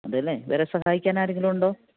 അതെയല്ലേ വേറെ സഹായിക്കാൻ ആരെങ്കിലുമുണ്ടോ